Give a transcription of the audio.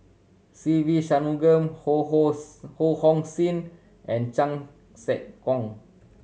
Se Ve Shanmugam Ho Hong Ho Hong Sing and Chan Sek Keong